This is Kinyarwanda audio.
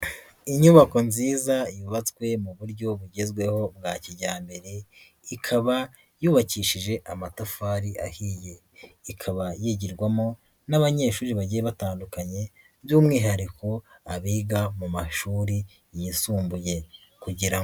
Inyubako nziza yubatswe mu buryo bugezweho bwa kijyambere, ikaba yubakishije amatafari ahiye, ikaba yigirwamo n'abanyeshuri bagiye batandukanye by'umwihariko abiga mu mashuri yisumbuye kugira.